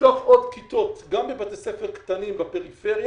לפתוח עוד כיתות גם בבתי ספר קטנים בפריפריה,